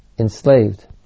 enslaved